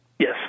Yes